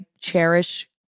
cherish